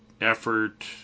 effort